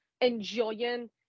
enjoying